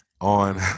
on